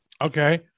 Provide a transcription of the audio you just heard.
Okay